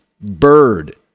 Bird